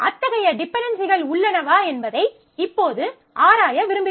அத்தகைய டிபென்டென்சிகள் உள்ளனவா என்பதை இப்போது ஆராய விரும்புகிறோம்